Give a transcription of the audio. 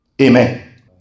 Amen